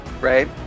right